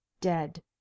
dead